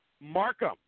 Markham